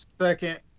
second